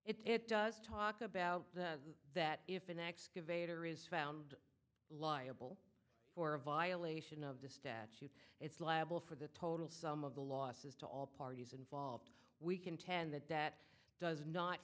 what it does talk about the that if an excavator is found liable for a violation of the statute it's liable for the total sum of the losses to all parties involved we contend that that does not